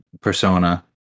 persona